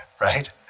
Right